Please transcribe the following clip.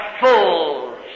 fools